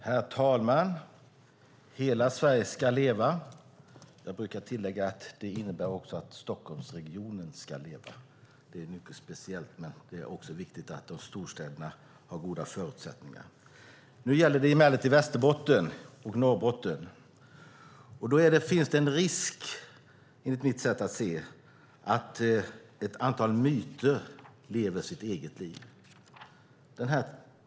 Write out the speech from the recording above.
Herr talman! Hela Sverige ska leva. Jag brukar tillägga att det också innebär att Stockholmsregionen ska leva, för det är viktigt att också storstäderna har goda förutsättningar. Nu gäller det emellertid Västerbotten och Norrbotten. Det finns en risk, enligt mitt sätt att se, att ett antal myter lever sitt eget liv.